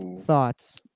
Thoughts